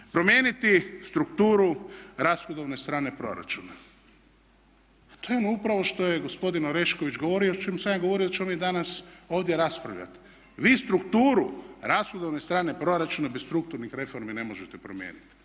Promijeniti strukturu rashodovne strane proračuna, to je upravo ono što je gospodin Orešković govorio, o čemu sam ja govorio da ćemo mi danas ovdje raspravljati. Vi strukturu rashodovne strane proračuna bez strukturnih reformi ne možete promijeniti.